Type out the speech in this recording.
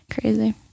Crazy